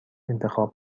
انتخاب